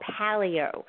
paleo